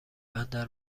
بندر